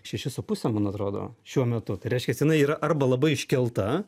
šeši su puse man atrodo šiuo metu tai reiškias jinai yra arba labai iškelta